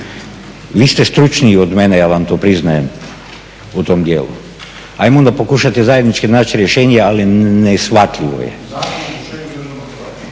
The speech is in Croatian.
Vi ste stručniji od mene ja vam to priznajem u tom dijelu, ajmo onda pokušati zajednički naći rješenje ali neshvatljivo da država naplaćuje